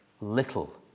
little